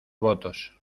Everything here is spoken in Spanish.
votos